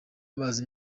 bazi